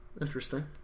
Interesting